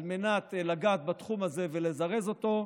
על מנת לגעת בתחום הזה ולזרז אותו,